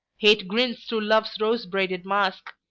hate grins through love's rose braided mask,